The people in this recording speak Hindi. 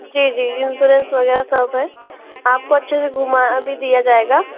जी जी इंसोरेन्स वगैरह सब है आपको अच्छे से घूमा भी दिया जाएगा